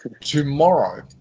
tomorrow